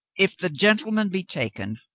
if the gentleman be taken,